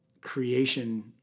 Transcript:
creation